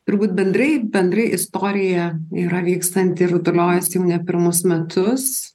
turbūt bendrai bendrai istorija yra vykstanti rutuliojas jau ne pirmus metus